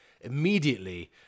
immediately